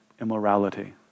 immorality